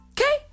Okay